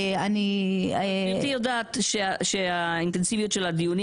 אני --- גברתי יודעת שהאינטנסיביות של הדיונים